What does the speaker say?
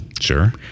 sure